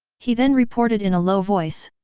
he then reported in a low voice.